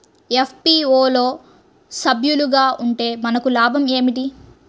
FPO లో సభ్యులుగా ఉంటే మనకు లాభం ఏమిటి?